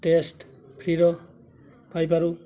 test ଫ୍ରିର ପାଇପାରୁ